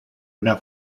una